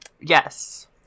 Yes